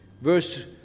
Verse